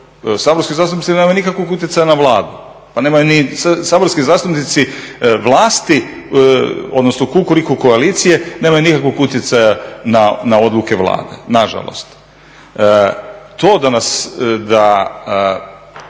saborski zastupnici nemaju nikakvog utjecaja na Vladu, pa nemaju ni saborski zastupnici vlasti odnosno Kukuriku koalicije nemaju nikakvog utjecaja na odluke Vlade, nažalost. To da nas